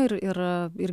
ir ir ir